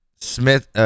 Smith